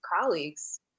colleagues